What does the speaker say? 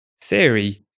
theory